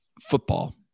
football